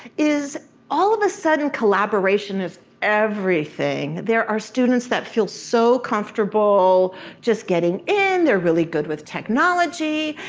is all of a sudden collaboration is everything. there are students that feel so comfortable just getting in. they're really good with technology.